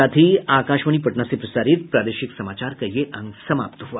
इसके साथ ही आकाशवाणी पटना से प्रसारित प्रादेशिक समाचार का ये अंक समाप्त हुआ